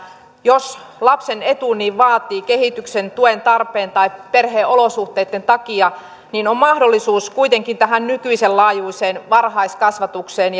jos lapsen etu niin vaatii kehityksen tuen tarpeen tai perheen olosuhteitten takia niin on mahdollisuus kuitenkin tähän nykyisen laajuiseen varhaiskasvatukseen